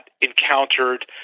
encountered